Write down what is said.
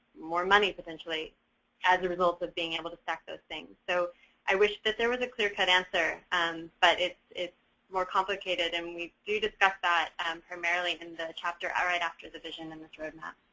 more money potentially as a result of being able to stack those things. so i wish that there was a clear-cut answer and but it's it's more complicated and we do discuss that primarily in the chapter right after the vision on this roadmap.